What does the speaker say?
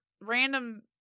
random